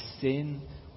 Sin